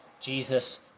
Jesus